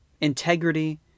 integrity